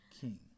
king